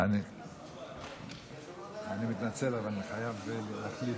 אני מתנצל, אבל אני חייב להחליף.